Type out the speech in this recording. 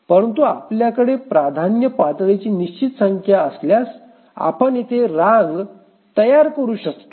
परंतु आपल्याकडे प्राधान्य पातळीची निश्चित संख्या असल्यास आपण येथे रांग करू शकतो